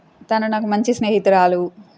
తను నాకు మంచి స్నేహితురాలు